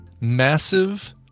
massive